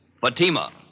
Fatima